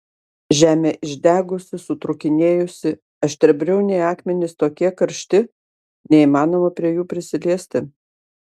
žemė išdegusi sutrūkinėjusi aštriabriauniai akmenys tokie karšti neįmanoma prie jų prisiliesti